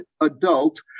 adult